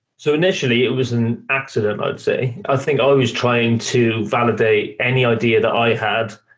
so initially, it was an accident i'd say. i think i was trying to validate any idea that i had.